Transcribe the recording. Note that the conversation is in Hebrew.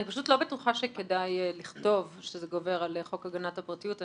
אני פשוט לא בטוחה שכדאי לכתוב שזה גובר על חוק הגנת הפרטיות.